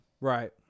Right